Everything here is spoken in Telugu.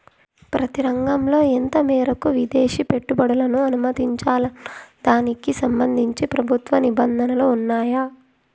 ప్రతి రంగంలో ఎంత మేరకు విదేశీ పెట్టుబడులను అనుమతించాలన్న దానికి సంబంధించి ప్రభుత్వ నిబంధనలు ఉన్నాయా?